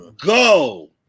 go